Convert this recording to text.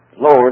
Lord